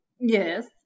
Yes